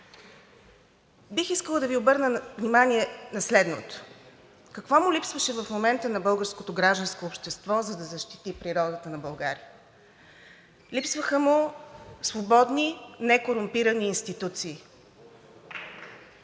бих искала да Ви обърна внимание на следното – какво му липсваше в момента на българското гражданско общество, за да защити природата на България? Липсваха му свободни, некорумпирани институции,